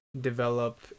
develop